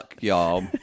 y'all